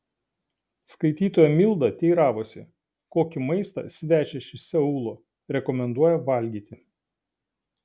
skaitytoja milda teiravosi kokį maistą svečias iš seulo rekomenduoja valgyti